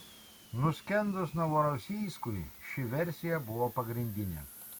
nuskendus novorosijskui ši versija buvo pagrindinė